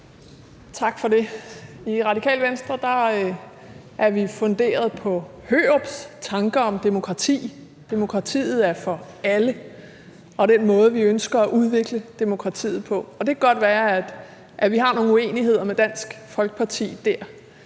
Tak for det. I Radikale Venstre er vi funderet på Hørups tanker om demokrati. Demokratiet er for alle, og det er den måde, vi ønsker at udvikle demokratiet på. Og det kan godt være, at vi har nogle uenigheder med Dansk Folkeparti der,